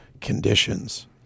conditions